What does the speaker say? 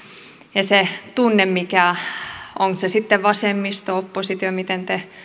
ja se tunne onko se sitten vasemmisto oppositio miten te